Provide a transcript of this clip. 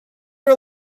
are